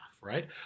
right